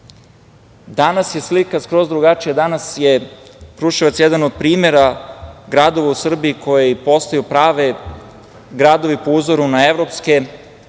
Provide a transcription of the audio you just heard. je slika skroz drugačija. Danas je Kruševac jedan od primera gradova u Srbiji koji postaju pravi gradovi po uzoru na evropske, gde